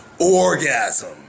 orgasm